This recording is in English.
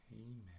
Amen